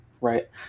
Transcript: right